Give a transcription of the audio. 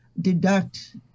deduct